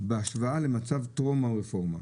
בהשוואה למצב טרום הרפורמה.